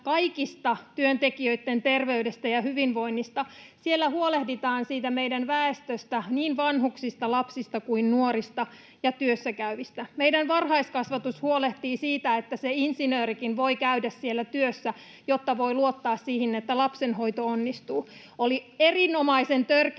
kaikista, työntekijöitten terveydestä ja hyvinvoinnista. Siellä huolehditaan siitä meidän väestöstä, niin vanhuksista, lapsista, nuorista kuin työssäkäyvistä. Meidän varhaiskasvatus huolehtii siitä, että se insinöörikin voi käydä siellä työssä ja voi luottaa siihen, että lapsenhoito onnistuu. Oli erinomaisen törkeää